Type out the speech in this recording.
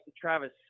Travis